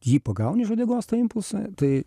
jį pagauni už uodegos tą impulsą tai